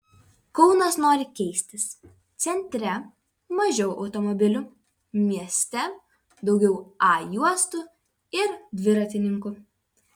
kaunas nori keistis centre mažiau automobilių mieste daugiau a juostų ir dviratininkų